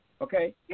okay